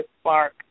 spark